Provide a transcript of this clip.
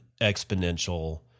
exponential